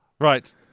Right